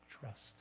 Trust